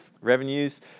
revenues